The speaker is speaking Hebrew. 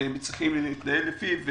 שהם צריכים להתנהל לפיו.